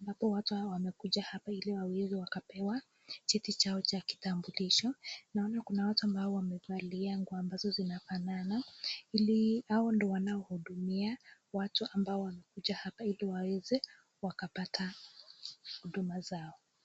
ambapo watu wamekuja hapa ili waweze wakapewa cheti chao cha kitambulisho, naona kuna watu ambao wamevalia nguo ambazo zinafanana ili hao ndio wanao hudumia watu ambao wamekuja hapa ili waweze wakapata huduma zao.